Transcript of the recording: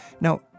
Now